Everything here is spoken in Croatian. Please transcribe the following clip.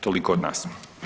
Toliko od nas.